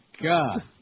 God